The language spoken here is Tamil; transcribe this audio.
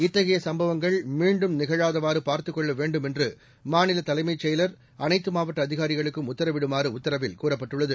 இத்தகையசும்பவங்கள் மீண்டும் நிகழாதவாறுபார்த்துக் கொள்ளவேண்டும் என்றுமாநிலதலைமைச் செயலாளர் அனைத்துமாவட்ட அதிகாரிகளுக்கும் உத்தரவிடுமாறுஉத்தரவில் கூறப்பட்டுள்ளது